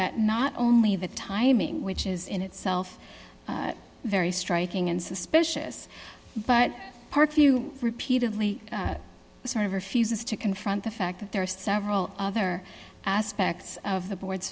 at not only the timing which is in itself very striking and suspicious but parkview repeatedly sort of refuses to confront the fact that there are several other aspects of the board